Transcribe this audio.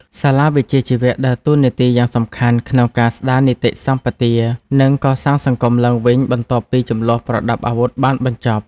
សាលាវិជ្ជាជីវៈដើរតួនាទីយ៉ាងសំខាន់ក្នុងការស្តារនីតិសម្បទា និងកសាងសង្គមឡើងវិញបន្ទាប់ពីជម្លោះប្រដាប់អាវុធបានបញ្ចប់។